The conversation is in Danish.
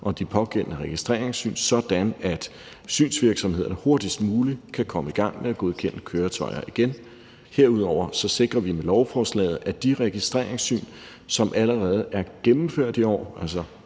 og de pågældende registreringssyn, sådan at synsvirksomhederne hurtigst muligt kan komme i gang med at godkende køretøjer igen. Herudover sikrer vi med lovforslaget, at de registreringssyn, som allerede er gennemført i år, altså